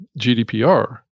GDPR